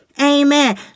Amen